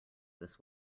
this